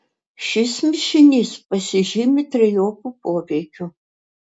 šis mišinys pasižymi trejopu poveikiu